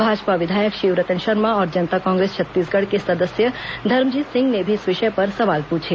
भाजपा विधायक शिवरतन शर्मा और जनता कांग्रेस छत्तीसगढ़ के सदस्य धर्मजीत सिंह ने भी इस विषय पर सवाल पूछे